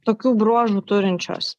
tokių bruožų turinčios